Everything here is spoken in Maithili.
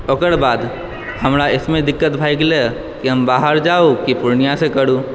ओकरबाद हमरा इसमे दिक्कत भै गेलय कि हम बाहर जाउ कि पूर्णियासँ करु